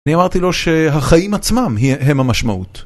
אני אמרתי לו שהחיים עצמם הם המשמעות.